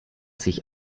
sich